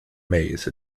maze